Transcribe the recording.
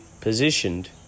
positioned